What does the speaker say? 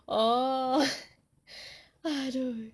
orh !aduh!